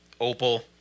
opal